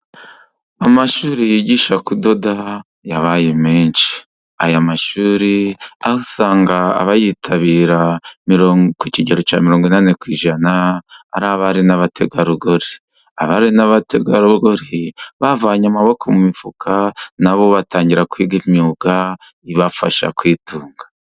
Amashuri yigisha kudoda yabaye menshi, aya mashuri aho usanga abayitabira ku kigero cya mirongo inani ku ijana ari abari n'abategarugori. Abari n'abategarugori bavanye amaboko mu mifuka, na bo batangira kwiga imyuga ibafasha kwitunga.